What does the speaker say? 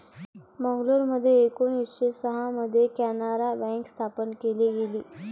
मंगलोरमध्ये एकोणीसशे सहा मध्ये कॅनारा बँक स्थापन केली गेली